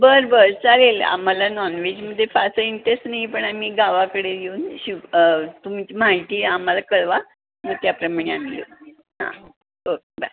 बरं बरं चालेल आम्हाला नॉनव्हेजमध्ये फारसा इंटरेस्ट नाही पण आम्ही गावाकडे येऊन शिव तुमची माहिती आम्हाला कळवा मी त्याप्रमाणे आम्ही येऊ हां ओके बाय